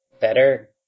better